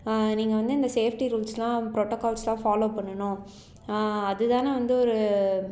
நீங்கள் வந்து இந்த சேஃப்ட்டி ரூல்ஸ்லாம் ப்ரொட்டோக்கால்ஸ்லாம் ஃபாலோ பண்ணனும் அது தானே வந்து ஒரு